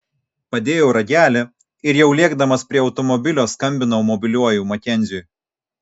padėjau ragelį ir jau lėkdamas prie automobilio skambinau mobiliuoju makenziui